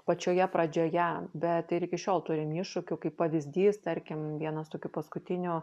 pačioje pradžioje bet ir iki šiol turim iššūkių kaip pavyzdys tarkim vienas tokių paskutinių